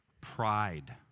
pride